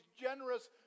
generous